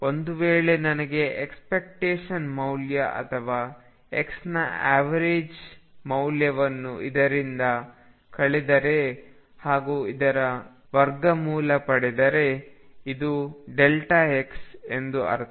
ಒಂದುವೇಳೆ ನಾನು ಎಕ್ಸ್ಪೆಕ್ಟೇಶನ್ ಮೌಲ್ಯಅಥವಾ x ನ ಎವರೇಜ್ ಮೌಲ್ಯವನ್ನು ಇದರಿಂದ ಕಳೆದರೆ ಹಾಗೂ ಇದರ ವರ್ಗಮೂಲ ಪಡೆದರೆ ಇದು x ಎಂದರ್ಥ